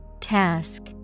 Task